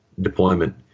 deployment